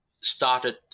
started